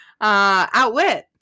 Outwit